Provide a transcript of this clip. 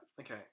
okay